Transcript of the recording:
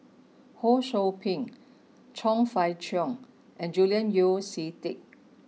Ho Sou Ping Chong Fah Cheong and Julian Yeo See Teck